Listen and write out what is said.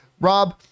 Rob